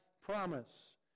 promise